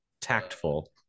tactful